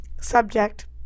subject